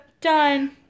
done